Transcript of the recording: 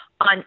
On